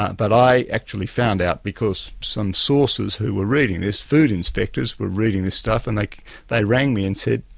but i actually found out because some sources who were reading this, food inspectors were reading this stuff, and like they rang me and said,